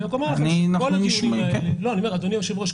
אדוני היושב-ראש,